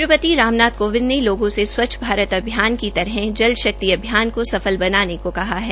राष्ट्रपति रामनाथ कोविंद ने लोगों से स्वच्छ भारत अभियान की तरह जल शक्ति अभियान को सफल बनाने को कहा है